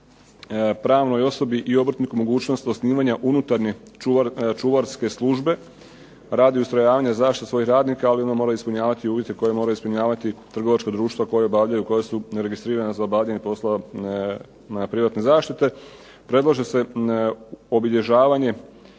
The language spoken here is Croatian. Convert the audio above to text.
pravnoj osobi i obrtniku mogućnost osnivanja unutarnje čuvarske službe radi ustrojavanja zaštite svojih radnika ali onda mora ispunjava uvjete koje mora ispunjavati trgovačka društva koja obavljaju i koja su registrirana za obavljanje poslova privatne zaštite. Predlaže se obilježavanje